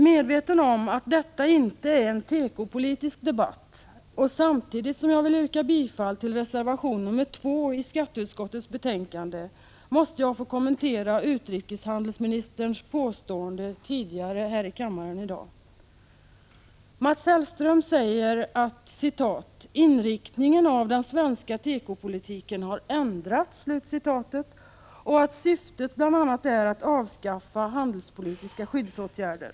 Medveten om att detta inte är en tekopolitisk debatt måste jag, samtidigt som jag vill yrka bifall till reservation 2 i skatteutskottets betänkande, få kommentera utrikeshandelsministerns påstående tidigare här i kammaren i dag. Mats Hellström säger att ”Inriktningen av den svenska tekopolitiken har ändrats” och att syftet bl.a. är att avskaffa handelspolitiska skyddsåtgärder.